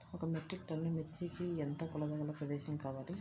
ఒక metric tonne మిర్చికి ఎంత కొలతగల ప్రదేశము కావాలీ?